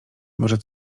może